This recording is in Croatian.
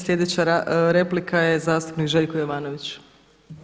Sljedeća replika je zastupnik Željko Jovanović.